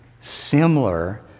similar